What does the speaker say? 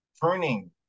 pruning